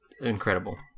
incredible